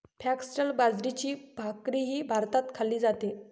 foxtail बाजरीची भाकरीही भारतात खाल्ली जाते